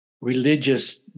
religious